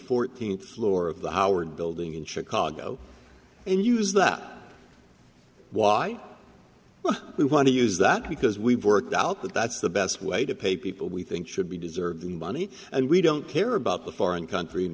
fourteenth floor of the howard building in chicago and use that why we want to use that because we've worked out that that's the best way to pay people we think should be deserving money and we don't care about the foreign country